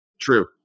True